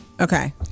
Okay